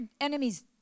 enemies